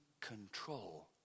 control